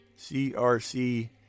CRC